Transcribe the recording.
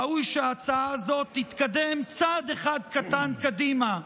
ראוי שההצעה הזו תתקדם צעד אחד קטן קדימה,